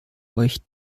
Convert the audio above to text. euch